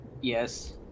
Yes